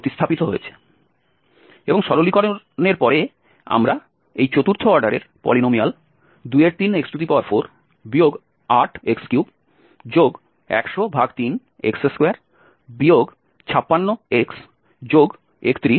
এবং সরলীকরণের পরে আমরা এই চতুর্থ অর্ডারের পলিনোমিয়াল 23x4 8x31003x2 56x31 পেতে পারি